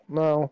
no